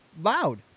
loud